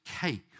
cake